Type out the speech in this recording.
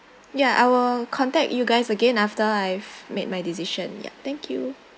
ya I will contact you guys again after I've made my decision ya thank you